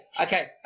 okay